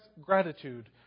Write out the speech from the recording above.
gratitude